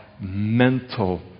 mental